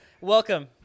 Welcome